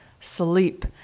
sleep